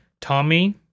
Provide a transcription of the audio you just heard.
Tommy